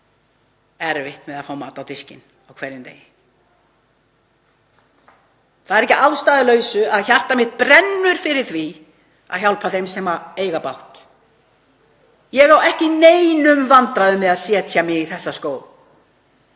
og eiga erfitt með að fá mat á diskinn á hverjum degi. Það er ekki að ástæðulausu að hjarta mitt brennur fyrir því að hjálpa þeim sem eiga bágt. Ég á ekki í neinum vandræðum með að setja mig í þessa skó.